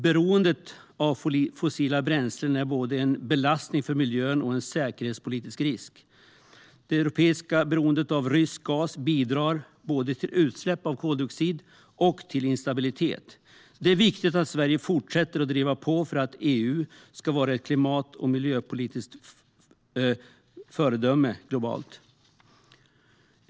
Beroendet av fossila bränslen är både en belastning på miljön och en säkerhetspolitisk risk. Det europeiska beroendet av rysk gas bidrar både till utsläpp av koldioxid och till instabilitet. Det är viktigt att Sverige fortsätter att driva på för att EU ska vara ett klimat och miljöpolitiskt föredöme globalt.